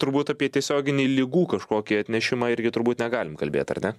turbūt apie tiesioginį ligų kažkokį atnešimą irgi turbūt negalim kalbėt ar ne